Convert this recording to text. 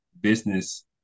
business